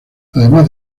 además